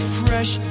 fresh